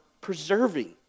preserving